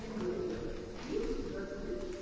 gold, yes? deal? that's a deal.